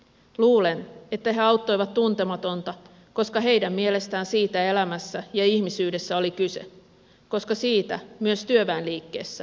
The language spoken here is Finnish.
luulen että he auttoivat tuntematonta koska heidän mielestään siitä elämässä ja ihmisyydessä oli kyse koska siitä myös työväenliikkeessä oli kyse